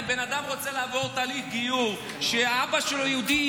אם בן אדם רוצה לעבור תהליך גיור כשאבא שלו יהודי,